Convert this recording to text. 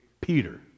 Peter